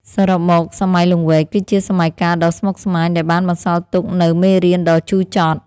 សរុបមក សម័យលង្វែកគឺជាសម័យកាលដ៏ស្មុគស្មាញដែលបានបន្សល់ទុកនូវមេរៀនដ៏ជូរចត់។